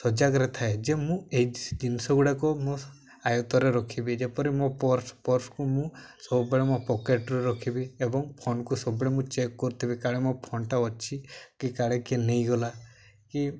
ସଜାଗରେ ଥାଏ ଯେ ମୁଁ ଏଇ ଜିନିଷ ଗୁଡ଼ାକ ମୋ ଆୟତରେ ରଖିବି ଯେପରି ମୋ ପର୍ସ ପର୍ସକୁ ମୁଁ ସବୁବେଳେ ମୋ ପକେଟରେ ରଖିବି ଏବଂ ଫନ୍କୁ ସବୁବେଳେ ମୁଁ ଚେକ୍ କରିଥିବି କାଳେ ମୋ ଫନ୍ ଟା ଅଛି କି କାଳେ କିଏ ନେଇଗଲା କି